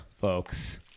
folks